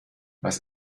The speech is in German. was